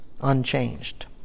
unchanged